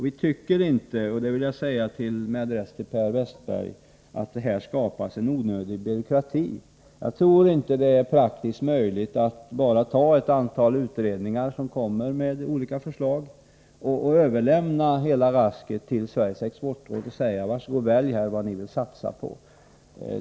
Vi tycker inte — det vill jag säga med adress till Per Westerberg — att det här skapas en onödig byråkrati. Jag tror inte det är praktiskt möjligt att bara ta ett antal utredningar som kommer med olika förslag och överlämna hela rasket till Sveriges exportråd och säga: Var så god, välj vad ni vill satsa på.